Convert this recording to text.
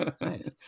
nice